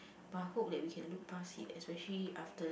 but I hope that we can look pass it especially after